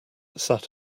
sat